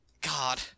God